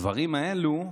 הדברים האלו,